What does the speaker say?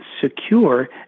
secure